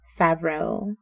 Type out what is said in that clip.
Favreau